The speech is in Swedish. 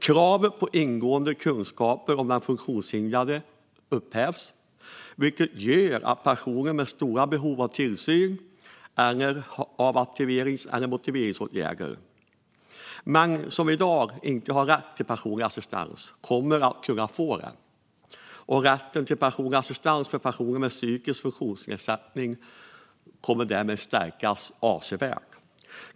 Kravet på "ingående kunskaper om den funktionshindrade" upphävs, vilket gör att personer som har stora behov av tillsyn eller av aktiverings och motiveringsåtgärder men som i dag inte har rätt till personlig assistans kommer att kunna få det. Rätten till personlig assistans för personer med psykisk funktionsnedsättning stärks därmed avsevärt.